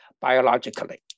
biologically